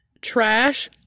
trash